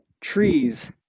trees